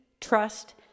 trust